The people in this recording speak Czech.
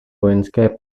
vojenské